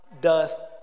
doth